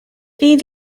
fydd